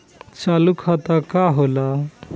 चालू खाता का होला?